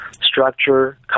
structure